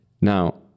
Now